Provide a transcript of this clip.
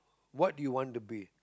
what do you want to be